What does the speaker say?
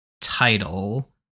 title